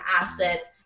assets